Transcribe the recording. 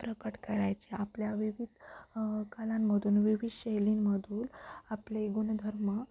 प्रकट करायचे आपल्या विविध कलांमधून विविध शैलींमधून आपले गुणधर्म